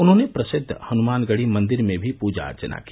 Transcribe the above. उन्होंने प्रसिद्व हनुमानगढ़ी मंदिर में भी पूजा अर्चना की